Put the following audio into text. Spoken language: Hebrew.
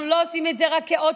אנחנו לא עושים את זה רק כאות